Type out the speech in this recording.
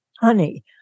Honey